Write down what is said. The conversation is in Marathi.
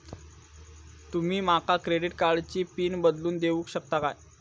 तुमी माका क्रेडिट कार्डची पिन बदलून देऊक शकता काय?